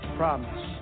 promise